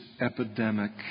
epidemic